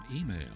email